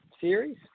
series